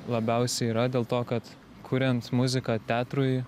labiausiai yra dėl to kad kuriant muziką teatrui